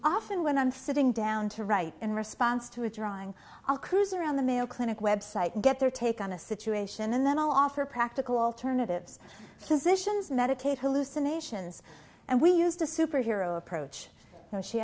often when i'm sitting down to write in response to a drawing i'll cruise around the mayo clinic website and get their take on a situation and then i'll offer practical alternatives physicians medicate hallucinations and we used a superhero approach and she